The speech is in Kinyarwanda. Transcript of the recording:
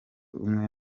umwe